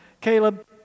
Caleb